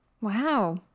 Wow